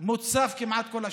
מוצף כמעט כל השנה,